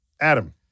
Adam